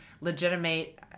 legitimate